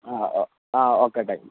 uh okay thank U